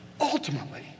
ultimately